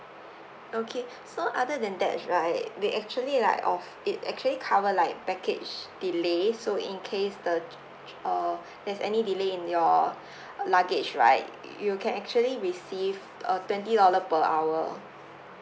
okay so other than that right we actually like off~ it actually cover like package delays so in case the uh there's any delay in your luggage right you can actually receive uh twenty dollar per hour